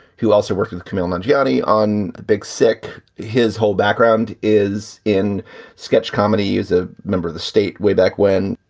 who also work with camille nanjiani on the big stick. his whole background is in sketch comedy. is a member of the state. way back when.